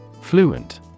Fluent